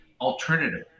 alternative